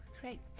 Great